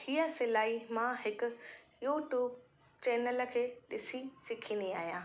हीअ सिलाई मां हिकु यूटूब चेनल खे ॾिसी सिखींदी आहियां